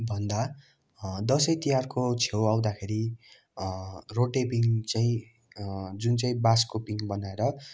भन्दा दसैँ तिहारको छेउ आउँदाखेरि रोटेपिङ चाहिँ जुन चाहिँ बाँसको पिङ बनाएर